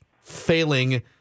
failing